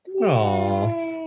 Aww